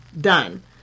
done